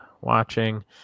watching